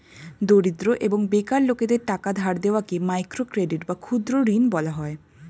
দরিদ্র এবং বেকার লোকদের টাকা ধার দেওয়াকে মাইক্রো ক্রেডিট বা ক্ষুদ্র ঋণ বলা হয়